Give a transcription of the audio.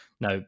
Now